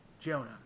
Jonah